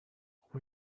بابا